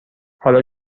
حالا